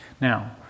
now